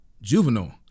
juvenile